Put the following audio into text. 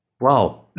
Wow